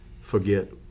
forget